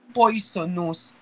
poisonous